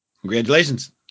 Congratulations